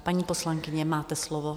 Paní poslankyně, máte slovo.